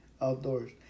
outdoors